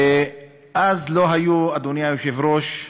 ואז לא הייתה, אדוני היושב-ראש,